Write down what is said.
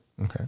okay